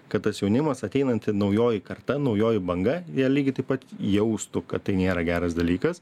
kad tas jaunimas ateinanti naujoji karta naujoji banga vėl lygiai taip pat jaustų kad tai nėra geras dalykas